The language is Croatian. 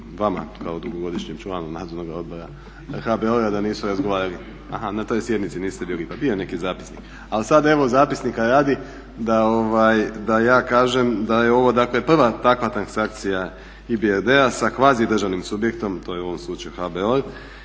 vama kao dugogodišnjem članu nadzornoga odbora HBOR-a da nisu razgovarali. Aha, na toj sjednici niste bili, pa bio je neki zapisnik. Ali sada evo zapisnika radi da ja kažem da je ovo dakle prva takva transakcija EBRD-a sa kvazidržavnim subjektom, to je u ovom slučaju HBOR